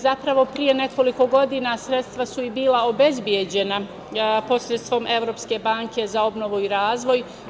Zapravo, pre nekoliko godina sredstva su i bila obezbeđena posredstvom Evropske banke za obnovu i razvoj.